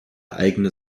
eigene